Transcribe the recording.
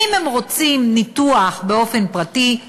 ואם הם רוצים ניתוח באופן פרטי,